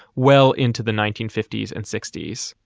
well, into the nineteen fifty s and sixty s,